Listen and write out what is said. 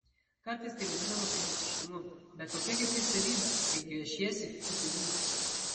kartais tai vadinama pilietiškumu bet kokia gi tai savybė kai gviešiesi kitų pilių